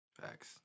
Facts